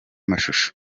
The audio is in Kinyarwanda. amashusho